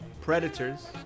Predators